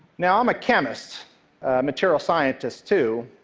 now, i'm a chemist, a material scientist too,